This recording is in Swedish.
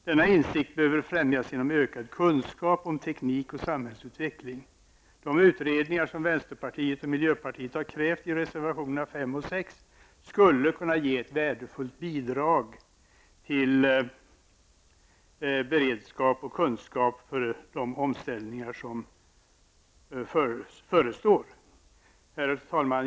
Denna insikt behöver främjas genom ökad kunskap om teknik och samhällsutveckling. De utredningar som vänsterpartiet och miljöpartiet har krävt i reservationerna 5 och 6 skulle kunna ge ett värdefullt bidrag till ökad kunskap och ökad beredskap för de omställningar som förestår. Herr talman!